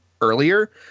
earlier